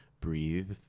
breathe